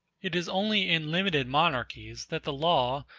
it is only in limited monarchies that the law,